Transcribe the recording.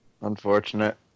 Unfortunate